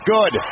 Good